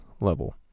level